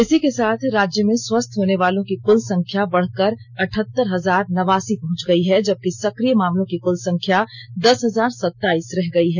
इसी के साथ राज्य में स्वस्थ होने वालों की कुल संख्या बढ़कर अठहतर हजार नवासी पहंच गई है जबकि सक्रिय मामलों की कुल संख्या दस हजार सताईस रह गई है